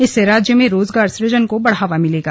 इससे राज्य में रोजगार सुजन को बढ़ावा मिलेगा